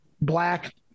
black